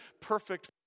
perfect